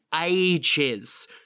ages